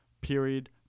Period